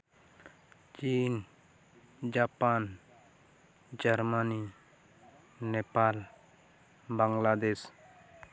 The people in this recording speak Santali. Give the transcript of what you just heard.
ᱪᱤᱱ ᱡᱟᱯᱟ ᱡᱟᱨᱢᱟᱱᱤ ᱱᱮᱯᱟᱞ ᱵᱟᱝᱞᱟᱫᱮᱥ